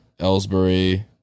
Ellsbury